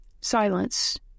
Silence